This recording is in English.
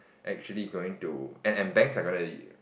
actually going to and and banks are gonna